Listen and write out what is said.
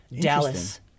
Dallas